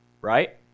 right